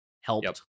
helped